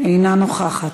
אינה נוכחת,